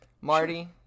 Marty